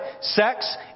sex